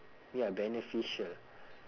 ya beneficial